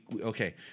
okay